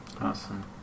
Awesome